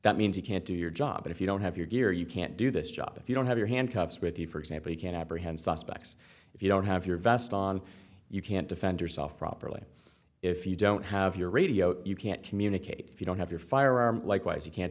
that means you can't do your job if you don't have your gear you can't do this job if you don't have your handcuffs with you for example you can apprehend suspects if you don't have your vest on you can't defend yourself properly if you don't have your radio you can't communicate if you don't have your firearm likewise you can't